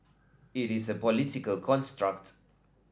it is a political construct